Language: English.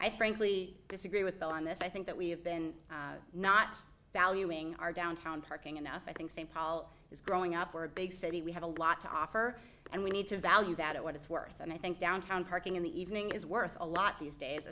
i frankly disagree with bill on this i think that we've been not valuing our downtown parking enough i think st paul is growing up were a big city we have a lot to offer and we need to value that what it's worth and i think downtown parking in the evening is worth a lot these days